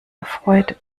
erfreut